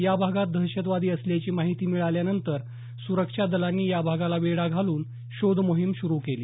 या भागात दहशतवादी असल्याची माहिती मिळाल्यानंतर सुरक्षा दलांनी या भागाला वेढा घालून शोध मोहीम सुरू केली